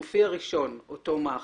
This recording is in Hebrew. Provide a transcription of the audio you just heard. הוא מופיע ראשון אותו מאכער.